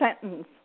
sentence